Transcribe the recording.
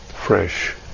fresh